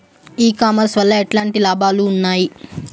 ఈ కామర్స్ వల్ల ఎట్లాంటి లాభాలు ఉన్నాయి?